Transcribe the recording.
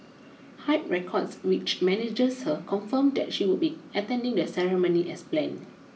Hype Records which manages her confirmed that she would be attending the ceremony as planned